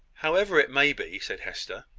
however it may be, said hester,